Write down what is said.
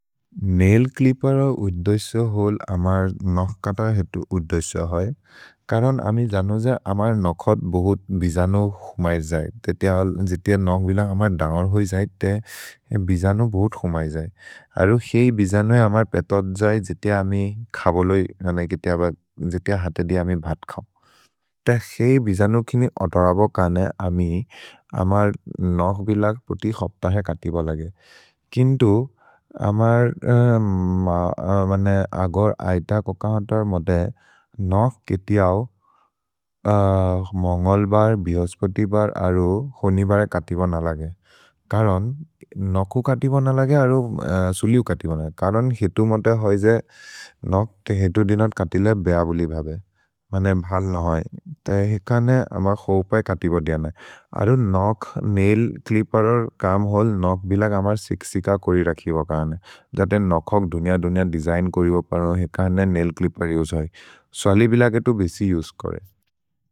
Nile clipper ओ उद्दोइसो होल् अमर् नक् कत हेतु उद्दोइसो होइ। करन् अमि जनो जे अमर् नखत् बोहोत् बिजनो हुमय् जय्। तेतिहल् जितिये नक् विलग् अमर् दोव्न् होइ जय्, ते हे बिजनो बोहोत् हुमय् जय्। अरु हेइ बिजनो हे अमर् पेतोद् जय् जितिये अमि खबोल् होइ। जितिये हते दिय अमि भत् खम्। ते हेइ बिजनो किनि अतरबो काने अमि अमर् नक् विलग् पोति खप्त हे कतिब लगे। किन्तु अमर् अगर् ऐत कोक हतर् मोते नक् केति औ मोन्गोल् बर्, बिहोस्पोति बर्, अरु होनि बरे कतिब न लगे। करन् नकु कतिब न लगे, अरु सुलिउ कतिब न। करन् हेतु मोते होइ जे नक् ते हेतु दिनत् कतिले बेअबोलि भबे। मने भल् नहोइ। ते हेकने अमर् खोपै कतिब दिय न। अरु नक्, नैल् च्लिप्पेर् और् कम् होल् नक् विलग् अमर् सिक्सिक कोरि रखिबो काने। जते नखोक् धुनिअ-धुनिअ देसिग्न् कोरिबो परो। हेकने नैल् च्लिप्पेर् उसे होइ। सुलि विलग् हेतु बिसि उसे कोरे।